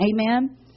Amen